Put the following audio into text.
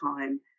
time